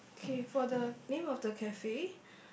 okay for the name of the cafe